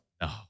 No